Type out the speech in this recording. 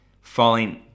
falling